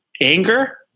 anger